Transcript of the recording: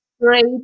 great